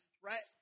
threat